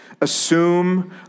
assume